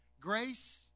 Grace